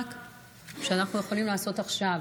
שאנחנו יכולים לעשות עכשיו,